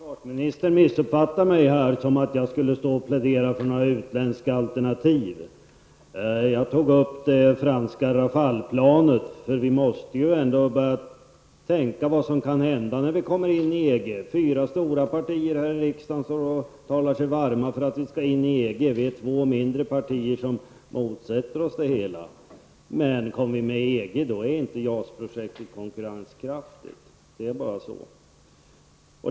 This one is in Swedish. Fru talman! Försvarministern missuppfattade mig när han menade att jag här skulle plädera för några utländska alternativ. Jag tog upp det franska Rafale-planet med tanke på att vi måste börja tänka på vad som kan hända när vi kommer in i EG. Fyra stora partier här i riksdagen talar sig varma för att vi skall gå in i EG, medan vi i två mindre partier motsätter oss det hela. Men om Sverige kommer in i EG är JAS-projektet inte konkurrenskraftigt -- det är bara så.